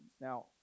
Now